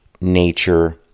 nature